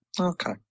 Okay